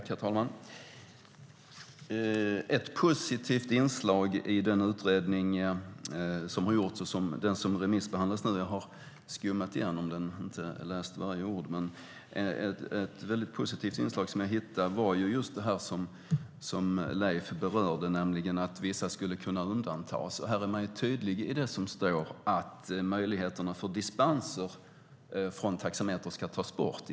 Herr talman! Ett positivt inslag i den utredning som gjorts och som nu remissbehandlas - jag har inte läst varje ord men dock skummat igenom den - är just det som Leif berörde, nämligen att vissa inte ska kunna undantas. Utredningen är tydlig med att möjligheten till dispenser från taxameter ska tas bort.